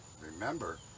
remember